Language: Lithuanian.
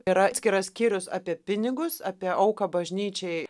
yra atskiras skyrius apie pinigus apie auką bažnyčiai